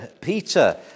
peter